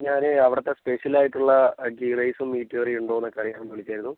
ഞാനേ അവിടുത്തെ സ്പെഷ്യലായിട്ടുള്ള ഗീ റൈസും മീറ്റ് കറിയും ഉണ്ടോന്നൊക്കെ അറിയാൻ വിളിച്ചതായിരുന്നു